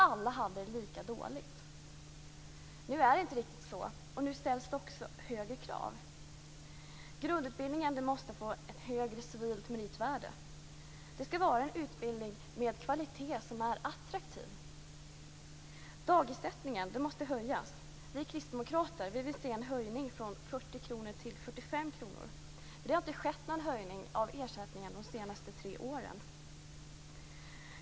Alla hade det lika dåligt. Nu är det inte riktigt så, och nu ställs det också högre krav. Grundutbildningen måste få ett högre civilt meritvärde. Det skall vara en utbildning med kvalitet som är attraktiv. Dagersättningen måste höjas. Vi kristdemokrater vill se en höjning från 40 kr till 45 kr, för det har inte skett någon höjning av ersättningen de senaste tre åren.